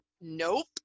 nope